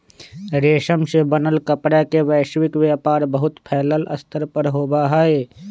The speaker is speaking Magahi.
रेशम से बनल कपड़ा के वैश्विक व्यापार बहुत फैल्ल स्तर पर होबा हई